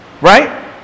Right